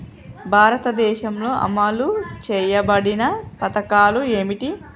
భారతదేశంలో అమలు చేయబడిన పథకాలు ఏమిటి?